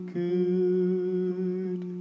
good